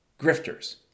Grifters